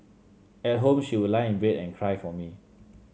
at home she would lie in bed and cry for me